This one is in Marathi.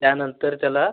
त्यानंतर त्याला